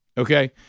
Okay